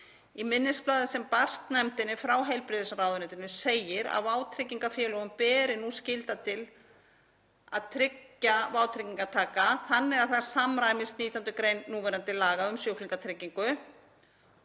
Í minnisblaði sem barst nefndinni frá heilbrigðisráðuneytinu segir að vátryggingafélögum beri nú skylda til að tryggja vátryggingartaka þannig að það samræmist 19. gr. núverandi laga um sjúklingatryggingu